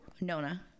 Nona